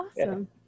awesome